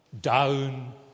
down